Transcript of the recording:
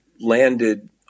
landed